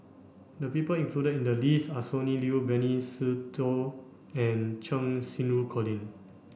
the people included in the list are Sonny Liew Benny Se Teo and Cheng Xinru Colin